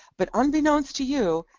but unbeknownst to you,